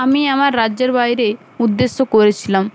আমি আমার রাজ্যের বাইরে উদ্দেশ্য করেছিলাম